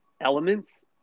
elements